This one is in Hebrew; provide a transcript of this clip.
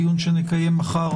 דיון שנקיים מחר